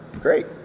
Great